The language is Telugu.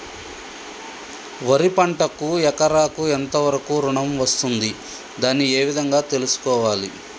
వరి పంటకు ఎకరాకు ఎంత వరకు ఋణం వస్తుంది దాన్ని ఏ విధంగా తెలుసుకోవాలి?